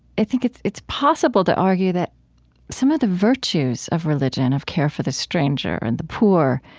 i think it's it's possible to argue that some of the virtues of religion, of care for the stranger and the poor,